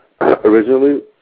Originally